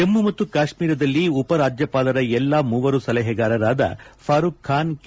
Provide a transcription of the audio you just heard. ಜಮ್ಮು ಮತ್ತು ಕಾಶ್ಮೀರದಲ್ಲಿ ಉಪರಾಜ್ಯಪಾಲರ ಎಲ್ಲಾ ಮೂವರು ಸಲಹೆಗಾರರಾದ ಫರೂಖ್ ಖಾನ್ ಕೆ